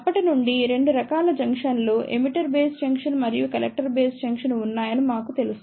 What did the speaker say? అప్పటి నుండి 2 రకాల జంక్షన్లు ఎమిటర్ బేస్ జంక్షన్ మరియు కలెక్టర్ బేస్ జంక్షన్ ఉన్నాయని మాకు తెలుసు